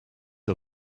are